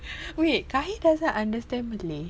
wait Kahir doesn't understand Malay